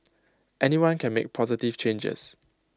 anyone can make positive changes